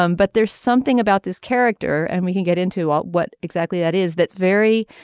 um but there's something about this character and we can get into ah what exactly that is that's very